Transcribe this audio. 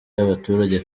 y’abaturage